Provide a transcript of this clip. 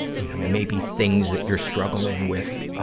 you know, maybe things that you're struggling with, ah,